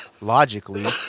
logically